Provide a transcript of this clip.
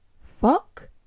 Fuck